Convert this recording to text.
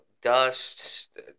dust